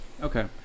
Okay